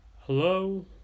Hello